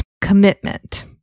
commitment